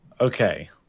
Okay